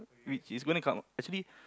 which is gonna come out actually